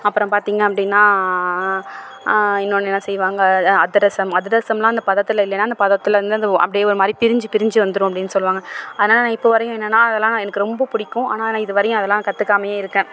அப்பறம் பார்த்திங்க அப்படினா இன்னொன்று என்ன செய்வாங்க அதிரசம் அதிரசம்லாம் அந்த பதத்தில் இல்லைனா அந்த பதத்தில் வந்து அந்த அப்படே ஒரு மாதிரி பிரிஞ்சு பிரிஞ்சு வந்துடும் அப்படின் சொல்லுவாங்க அதனால் நான் இப்போ வரையும் என்னென்ன அதலாம் நான் எனக்கு ரொம்ப பிடிக்கும் ஆனால் நான் இது வரையும் அதெல்லாம் கற்றுக்காமயே இருக்கேன்